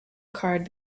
card